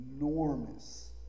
enormous